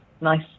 nice